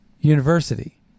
University